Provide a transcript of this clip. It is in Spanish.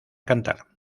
cantar